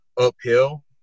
uphill